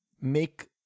make